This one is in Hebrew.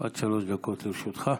עד שלוש דקות לרשותך.